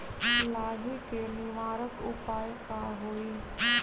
लाही के निवारक उपाय का होई?